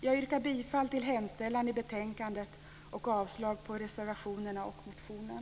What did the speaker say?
Jag yrkar bifall till hemställan i betänkandet och avslag på reservationerna och motionen.